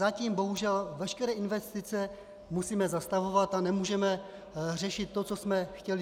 Zatím bohužel veškeré investice musíme zastavovat a nemůžeme řešit to, co jsme chtěli.